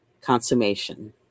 consummation